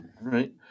right